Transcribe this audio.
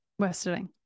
Westerling